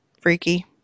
freaky